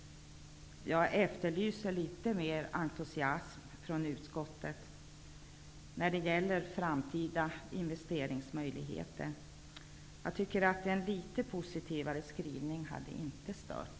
Jag efterlyser litet mera entusiasm från utskottet när det gäller framtida investeringsmöjligheter. En litet positivare skrivning hade inte stört.